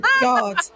God